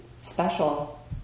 special